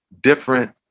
different